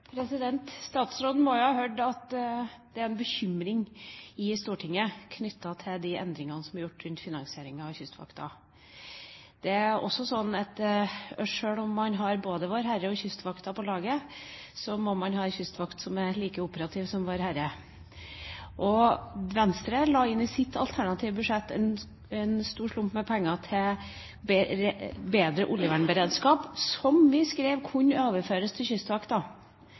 Statsråden må jo ha hørt at det er en bekymring i Stortinget knyttet til de endringene som er gjort rundt finansieringen av Kystvakten. Det er også sånn at sjøl om man både har Vårherre og Kystvakten på laget, må man ha en kystvakt som er like operativ som Vårherre. Venstre la i sitt alternative budsjett inn en stor slump med penger til bedre oljevernberedskap, som vi skrev kunne overføres til